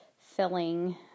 filling